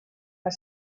are